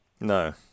No